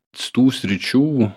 stų sričių